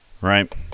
right